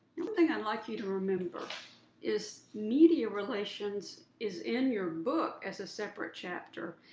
thing i'd like you to remember is, media relations is in your book as a separate chapter,